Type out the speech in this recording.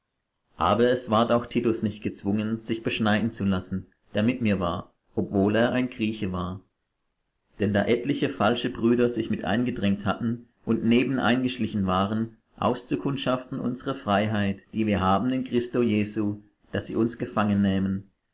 aber es ward auch titus nicht gezwungen sich beschneiden zu lassen der mit mir war obwohl er ein grieche war denn da etliche falsche brüder sich mit eingedrängt hatten und neben eingeschlichen waren auszukundschaften unsre freiheit die wir haben in christo jesu daß sie uns